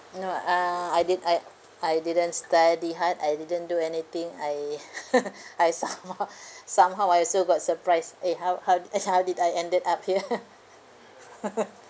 no ah uh I did I I didn't study hard I didn't do anything I I somehow somehow I also got surprised eh how how e~ how did I ended up here